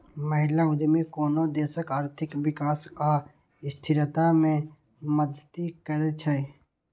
महिला उद्यमी कोनो देशक आर्थिक विकास आ स्थिरता मे मदति करै छै